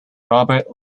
robert